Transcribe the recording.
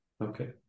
Okay